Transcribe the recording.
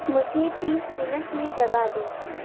مجھے تیس منٹ میں جگا دو